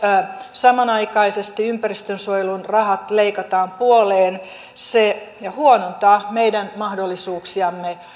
samanaikaisesti ympäristönsuojelun rahat leikataan puoleen se huonontaa meidän mahdollisuuksiamme